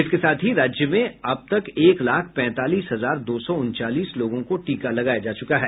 इसके साथ ही राज्य में अब तक एक लाख पैंतालीस हजार दो सौ उनचालीस लोगों को टीका लगाया जा चुका है